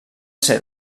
ser